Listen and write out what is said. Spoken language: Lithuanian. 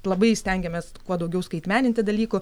labai stengiamės kuo daugiau skaitmeninti dalykų